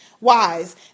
Wise